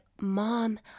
Mom